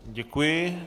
Děkuji.